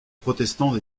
protestants